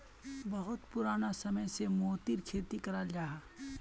बहुत पुराना समय से मोतिर खेती कराल जाहा